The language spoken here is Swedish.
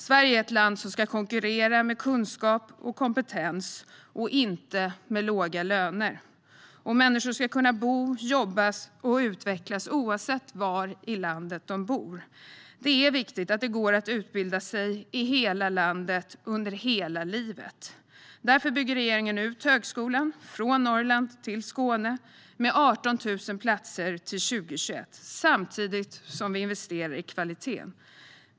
Sverige är ett land som ska konkurrera med kunskap och kompetens, inte med låga löner. Människor ska kunna bo, jobba och utvecklas oavsett var i landet de bor. Det är viktigt att det går att utbilda sig i hela landet under hela livet. Därför bygger regeringen ut högskolan från Norrland till Skåne med 18 000 platser till 2021, samtidigt som vi investerar i kvaliteten.